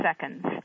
seconds